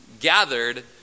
gathered